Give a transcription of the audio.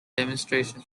demonstrations